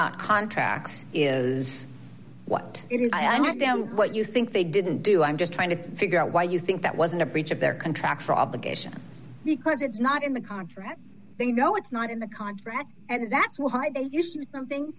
not contacts is what it is i asked them what you think they didn't do i'm just trying to figure out why you think that wasn't a breach of their contractual obligation because it's not in the contract they know it's not in the contract and that's why they used something